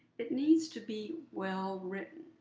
it needs to be well written.